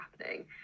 happening